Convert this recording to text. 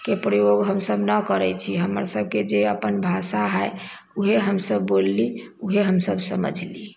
के प्रयोग हमसभ न करै छी हमरसभके जे अपन भाषा हइ उएह हमसभ बोलली उएह हमसभ समझली